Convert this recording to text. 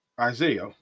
Isaiah